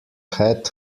head